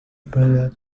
para